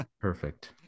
perfect